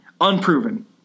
Unproven